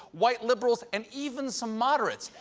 white liberals and even some moderates.